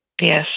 Yes